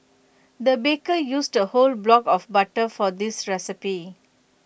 the baker used A whole block of butter for this recipe